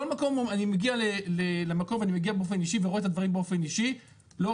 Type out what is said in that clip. בכל מקום שאני מגיע למקום ואני רואה את הדברים באופן אישי אומרים לי